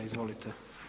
Izvolite.